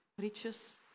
riches